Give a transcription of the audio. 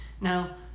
Now